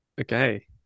Okay